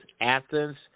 Athens